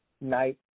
night